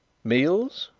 meals?